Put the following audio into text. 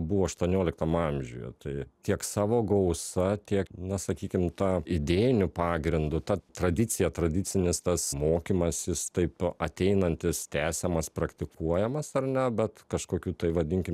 buvo aštuonioliktam amžiuje tai tiek savo gausa tiek na sakykim ta idėjiniu pagrindu ta tradicija tradicinis tas mokymasis taip ateinantis tęsiamas praktikuojamas ar ne bet kažkokių tai vadinkim